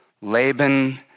Laban